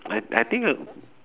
I I think I